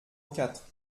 quatre